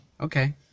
Okay